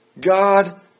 God